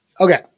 Okay